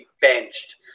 benched